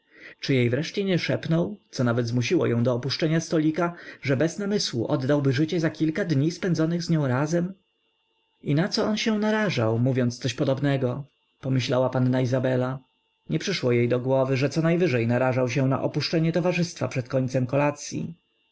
od pierwszego wejrzenia szalenie na śmierć czy jej wreszcie nie szepnął co nawet zmusiło ją do opuszczenia stolika że bez namysłu oddałby życie za kilka dni spędzonych z nią razem i naco on się narażał mówiąc coś podobnego pomyślała panna izabela nie przyszło jej do głowy że conajwyżej narażał się na opuszczenie towarzystwa przed końcem kolacyi